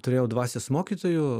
turėjau dvasios mokytojų